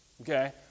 okay